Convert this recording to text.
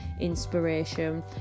inspiration